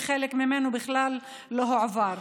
וחלק ממנו כלל לא הועבר.